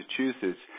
Massachusetts